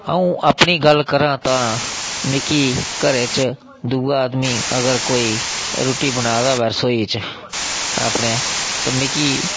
अ'ऊं अपनी गल्ल करां तां मिगी घरै च अगर दूआ आदमी कोई रुट्टी बना दा होऐ रसोई च अपने तां मिगी